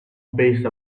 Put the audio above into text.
piece